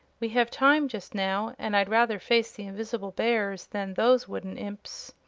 we have time, just now, and i'd rather face the invis'ble bears than those wooden imps.